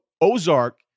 Ozark